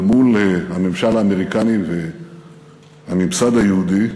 אל מול הממשל האמריקני והממסד היהודי,